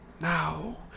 Now